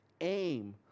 aim